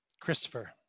Christopher